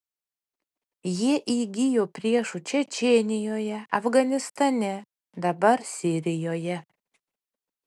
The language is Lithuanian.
jie įgijo priešų čečėnijoje afganistane dabar sirijoje